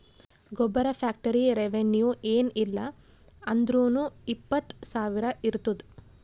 ಗೊಬ್ಬರ factory revenue ಏನ್ ಇಲ್ಲ ಅಂದುರ್ನೂ ಇಪ್ಪತ್ತ್ ಸಾವಿರ ಇರ್ತುದ್